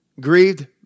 grieved